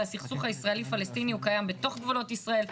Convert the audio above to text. והסכסוך הישראלי-פלשתיני הוא קיים בתוך גבולות ישראל,